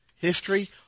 history